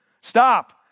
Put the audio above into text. stop